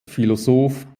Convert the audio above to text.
philosoph